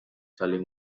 salen